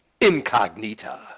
Incognita